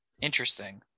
Interesting